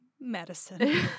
medicine